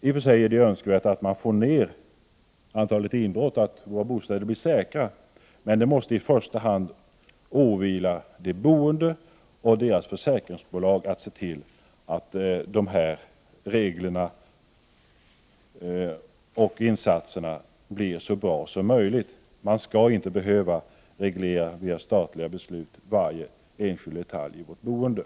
I och för sig är det önskvärt att man får ned antalet inbrott och att våra bostäder blir säkrare, men det måste i första hand åvila de boende och deras försäkringsbolag att se till att de insatserna blir så bra som möjligt. Man skall inte via statliga beslut behöva reglera varje enskild detalj i vårt boende.